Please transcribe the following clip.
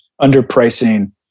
underpricing